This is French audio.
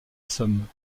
somme